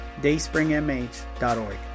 dayspringmh.org